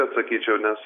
atsakyčiau nes